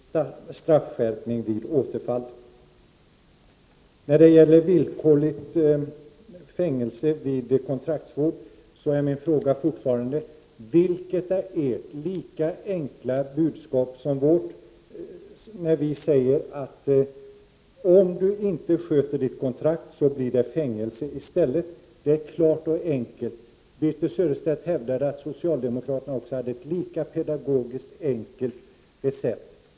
Herr talman! Jag måste konstatera att Birthe Sörestedt håller fast vid uppfattningen att det i allmänhet saknas anledning till straffskärpning vid återfall. När det gäller villkorligt fängelse vid kontraktsvård är min fråga fortfarande: Vilket är ert budskap, som är lika enkelt som vårt? Vi säger: Om du inte sköter ditt kontrakt, blir det fängelse i stället. Vårt budskap är klart och enkelt. Birthe Sörestedt hävdade att socialdemokraterna hade ett lika pedagogiskt, enkelt recept.